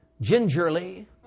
gingerly